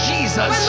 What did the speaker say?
Jesus